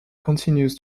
continues